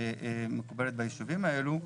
שמקובלת בישובים האלה,